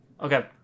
Okay